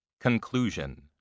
Conclusion